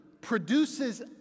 produces